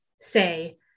say